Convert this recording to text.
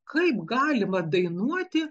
kaip galima dainuoti